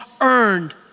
earned